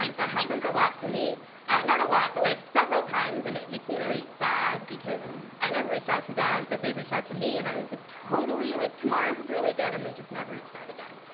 um that happens a lot to me not a lot, but like several times. and it makes me really sad because i never reached out to them, but they reached out to me. and i was like, totally. like, tomorrow really good. and they just never reached out again.